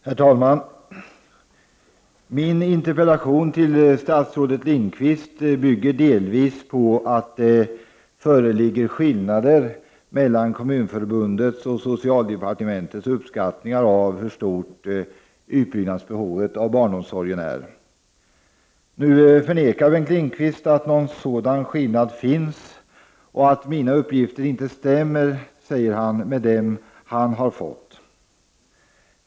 Herr talman! Min interpellation till statsrådet Lindqvist bygger delvis på att det föreligger skillnader mellan Kommunförbundets och socialdepartementets uppskattningar av hur stort behovet av utbyggnad av barnomsorgen är. Nu förnekar Bengt Lindqvist att det finns någon skillnad, och han säger att mina uppgifter inte stämmer med de uppgifter han har fått.